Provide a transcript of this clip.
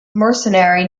mercenary